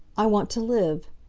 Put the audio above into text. i want to live!